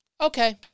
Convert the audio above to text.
okay